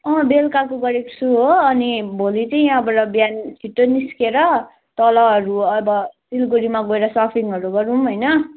अँ बेलुकाको गरेको छु हो अनि भोलि चाहिँ यहाँबाट बिहान छिट्टो निस्किएर तलहरू अब सिलगढीमा गएर सपिङहरू गरौँ होइन